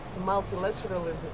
multilateralism